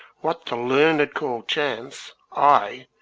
what the learned call chance, i,